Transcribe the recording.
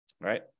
right